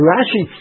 Rashi